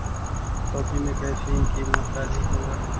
coffee में caffeine की मात्रा अधिक होवअ हई